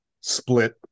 split